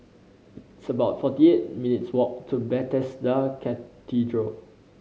it's about forty eight minutes' walk to Bethesda Cathedral